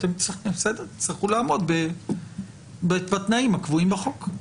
אתם תצטרכו לעמוד בתנאים הקבועים בחוק.